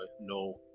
no